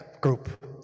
group